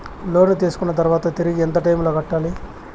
లోను తీసుకున్న తర్వాత తిరిగి ఎంత టైములో కట్టాలి